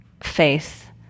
faith